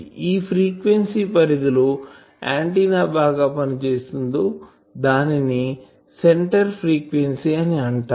ఈ ఫ్రీక్వెన్సీ పరిధి లో ఆంటిన్నా బాగా పనిచేస్తుందో దానినే సెంటర్ ఫ్రీక్వెన్సీ అని అంటారు